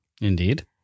Indeed